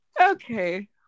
Okay